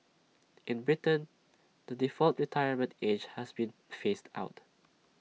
in Britain the default retirement age has been phased out